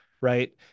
right